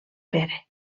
pere